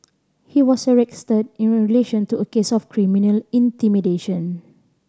he was arrested in relation to a case of criminal intimidation